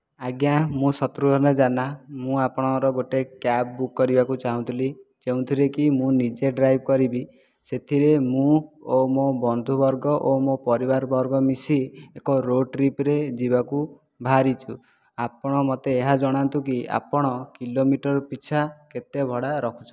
ଆଜ୍ଞା ମୁଁ ଶତ୍ରୁଘନ ଜାନା ମୁଁ ଆପଣଙ୍କର ଗୋଟେ କ୍ୟାବ୍ ବୁକ୍ କରିବାକୁ ଚାହୁଁଥିଲି ଯେଉଁଥିରେକି ମୁଁ ନିଜେ ଡ୍ରାଇଭ କରିବି ସେଥିରେ ମୁଁ ଓ ମୋ ବନ୍ଧୁବର୍ଗ ଓ ମୋ ପରିବାର ବର୍ଗ ମିଶି ଏକ ରୋଡ଼ ଟ୍ରିପ୍ରେ ଯିବାକୁ ବାହାରିଛୁ ଆପଣ ମୋତେ ଏହା ଜଣାନ୍ତୁ କି ଆପଣ କିଲୋମିଟର ପିଛା କେତେ ଭଡ଼ା ରଖୁଛନ୍ତି